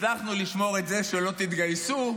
הצלחנו לשמור את זה שלא תתגייסו,